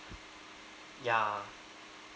ya